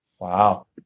Wow